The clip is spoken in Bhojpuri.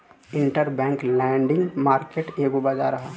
इंटरबैंक लैंडिंग मार्केट एगो बाजार ह